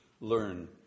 learn